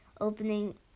opening